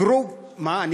כרוב, מאיפה אתה קורא?